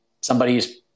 somebody's